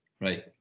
right